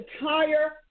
entire